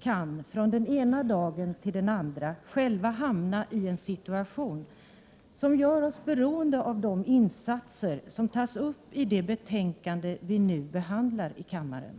kan från den ena dagen till den andra själva hamna i en situation som gör oss beroende av de insatser som tas upp i det betänkande som vi nu behandlar i kammaren.